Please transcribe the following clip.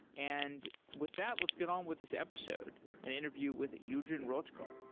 and with that, let's get on with this episode, an interview with eugen rochko.